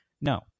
No